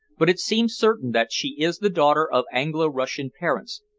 but it seems certain that she is the daughter of anglo-russian parents,